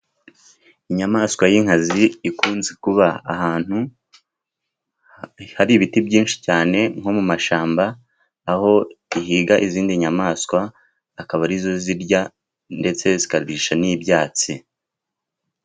Inyamaswa y'inkazi ikunze kuba ahantu hari ibiti byinshi cyane nko mu mashyamba aho ihiga izindi nyamaswa akaba arizo irya ndetse ikarisha n'ibyatsi.